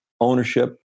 ownership